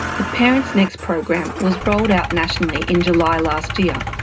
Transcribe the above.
the parents next program was rolled out nationally in july last year.